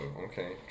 okay